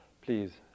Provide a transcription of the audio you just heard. Please